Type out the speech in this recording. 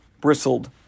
bristled